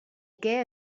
què